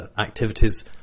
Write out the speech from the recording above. activities